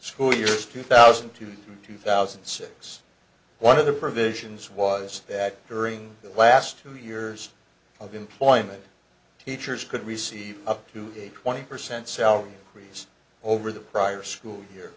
school years two thousand to two thousand and six one of the provisions was that during the last two years of employment teachers could receive up to twenty percent salary increase over the prior school year